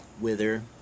wither